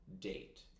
date